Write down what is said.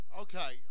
Okay